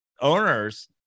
owners